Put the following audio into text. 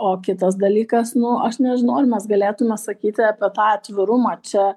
o kitas dalykas nu aš nežinau ar mes galėtume sakyti apie tą atvirumą čia